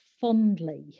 fondly